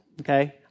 Okay